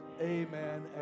amen